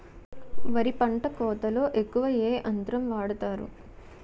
వరి పంట కోతలొ ఎక్కువ ఏ యంత్రం వాడతారు?